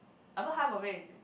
I put half of it in